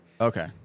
Okay